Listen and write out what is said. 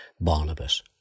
Barnabas